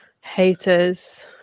haters